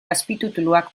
azpitituluak